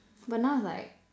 but now it's like